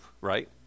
right